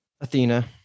athena